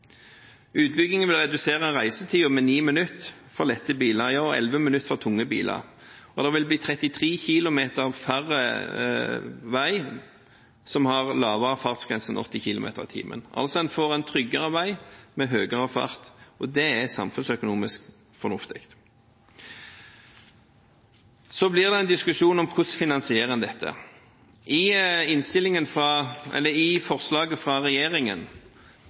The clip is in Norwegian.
Utbyggingen vil redusere reisetiden med 9 minutter for lette biler og 11 minutter for tunge biler, og det vil bli 33 km mindre vei som har lavere fartsgrense enn 80 km/t. En får altså en tryggere vei med høyere fart, og det er samfunnsøkonomisk fornuftig. Så blir det en diskusjon om hvordan en finansierer dette. I forslaget fra